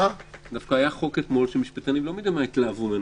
דווקא היה חוק אתמול שמשפטנים לא מי יודע התלהבו ממנו.